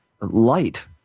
light